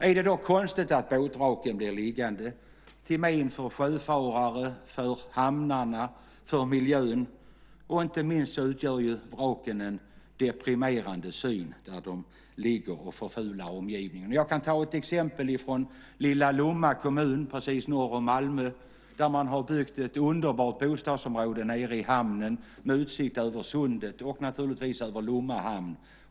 Är det då konstigt att båtvraken blir liggande till men för sjöfarare, för hamnarna och för miljön? Båtvraken utgör en deprimerande syn där de ligger och förfular omgivningen. I lilla Lomma kommun, alldeles norr om Malmö, har man byggt ett underbart bostadsområde nere i hamnen med utsikt över sundet och naturligtvis över Lomma hamn.